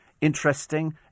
interesting